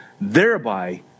thereby